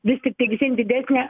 vis tiktai vis vien didesnė